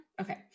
Okay